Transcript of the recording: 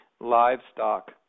livestock